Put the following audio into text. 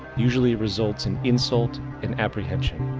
usually results in insult and apprehension.